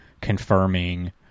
confirming